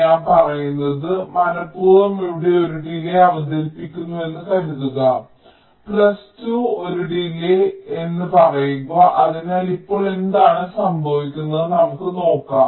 ഞാൻ പറയുന്നത് ഞങ്ങൾ മനപ്പൂർവ്വം ഇവിടെ ഒരു ഡിലേയ് അവതരിപ്പിക്കുന്നുവെന്ന് കരുതുക പ്ലസ് 2 ഒരു ഡിലേയ് എന്ന് പറയുക അതിനാൽ ഇപ്പോൾ എന്താണ് സംഭവിക്കുക നമുക്ക് നോക്കാം